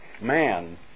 man